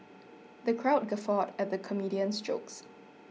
the crowd guffawed at the comedian's jokes